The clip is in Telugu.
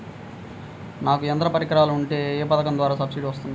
నాకు యంత్ర పరికరాలు ఉంటే ఏ పథకం ద్వారా సబ్సిడీ వస్తుంది?